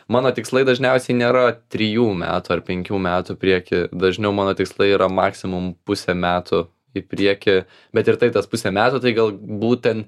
mano tikslai dažniausiai nėra trijų metų ar penkių metų priekyje dažniau mano tikslai yra maksimum pusę metų į priekį bet ir tai tas pusę metų tai gal būtent